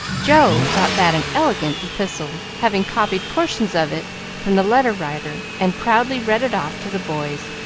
joe thought that an elegant epistle, having copied portions of it from the letter writer, and proudly read it off to the boys,